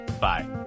Bye